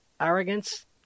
arrogance